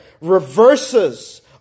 reverses